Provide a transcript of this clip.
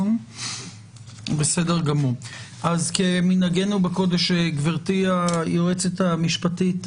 אז, כמנהגנו בקודש, גברתי היועצת המשפטית,